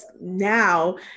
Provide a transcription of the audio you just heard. now